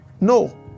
No